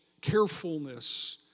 carefulness